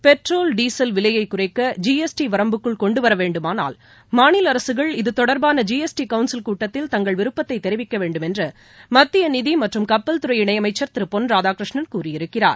petrol diesel விலையைக் குறைக்க GST வரம்புக்குள் கொண்டு வர வேண்டுமானால் மாநில அரசுகள் இது தொடர்பான ஜிஎஸ்டி கவுன்சில் கூட்டத்தில் தங்கள் விருப்பத்தை தெரிவிக்க வேண்டுமென்று மத்திய நிதி மற்றும் கப்பல் துறை இணையமைச்சர் திரு பொன் ராதாகிருஷ்ணன் கூறியிருக்கிறார்